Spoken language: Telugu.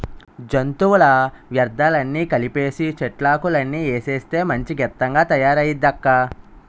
జంతువుల వ్యర్థాలన్నీ కలిపీసీ, చెట్లాకులన్నీ ఏసేస్తే మంచి గెత్తంగా తయారయిందక్కా